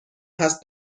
هست